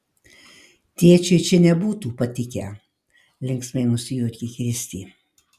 tėčiui čia nebūtų patikę linksmai nusijuokė kristė